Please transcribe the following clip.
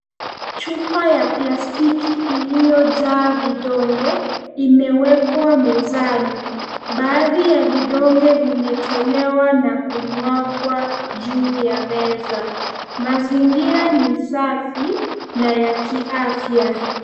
Chupa ya plastiki iliyojaa vidonge imewekwa mezani. Baadhi ya vidonge vimetolewa na kumwagwa juu ya meza. Mazingira ni safi na ya kiafya.